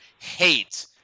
hate